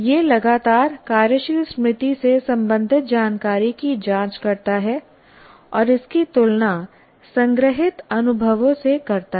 यह लगातार कार्यशील स्मृति से संबंधित जानकारी की जांच करता है और इसकी तुलना संग्रहीत अनुभवों से करता है